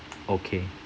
okay